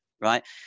right